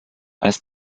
als